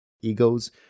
egos